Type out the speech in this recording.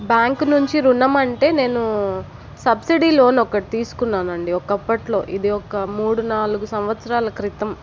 bank నుంచి రుణమంటే నేను సబ్సిడీ లోన్ ఒకటి తీసుకున్నానండి ఒకప్పట్లో ఇదొక మూడు నాలుగు సంవత్సరాల క్రితం